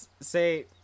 say